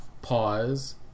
Pause